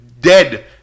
dead